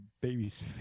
baby's